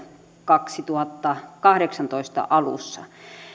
kaksituhattakahdeksantoista alussa